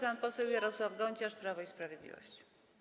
Pan poseł Jarosław Gonciarz, Prawo i Sprawiedliwość.